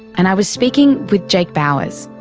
and i was speaking with jake bowers,